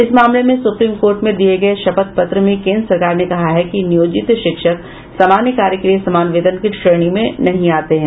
इस मामले में सुप्रीम कोर्ट में दिये गये शपथ पत्र में केन्द्र सरकार ने कहा है कि नियोजित शिक्षक समान कार्य के लिए समान वेतन की श्रेणी में नहीं आते हैं